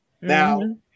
Now